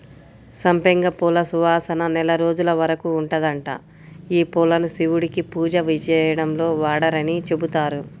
సంపెంగ పూల సువాసన నెల రోజుల వరకు ఉంటదంట, యీ పూలను శివుడికి పూజ చేయడంలో వాడరని చెబుతారు